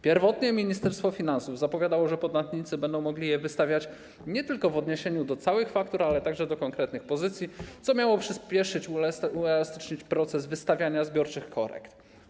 Pierwotnie Ministerstwo Finansów zapowiadało, że podatnicy będą mogli je wystawiać nie tylko w odniesieniu do całych faktur, ale także do konkretnych pozycji, co miało przyspieszyć, uelastycznić proces wystawiania zbiorczych korekt.